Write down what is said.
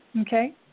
Okay